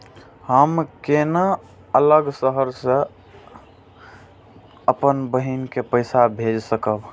हम केना अलग शहर से अपन बहिन के पैसा भेज सकब?